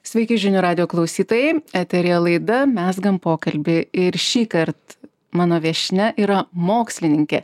sveiki žinių radijo klausytojai eteryje laida mezgam pokalbį ir šįkart mano viešnia yra mokslininkė